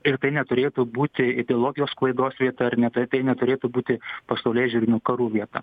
ir tai neturėtų būti ideologijos sklaidos vieta ar ne tai neturėtų būti pasaulėžiūrinių karų vieta